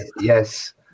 yes